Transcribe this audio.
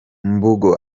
mbungo